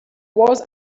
was